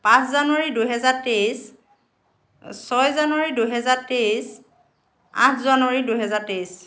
পাঁচ জানুৱাৰী দুহেজাৰ তেইছ ছয় জানুৱাৰী দুহেজাৰ তেইছ আঠ জানুৱাৰী দুহেজাৰ তেইছ